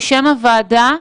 בשם הוועדה,